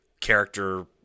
character